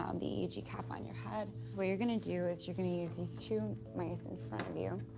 um the eeg cap on your head. what you're gonna do is you're gonna use these two mice in front of you.